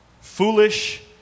Foolish